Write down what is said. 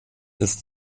ist